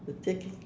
exactly